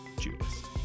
Judas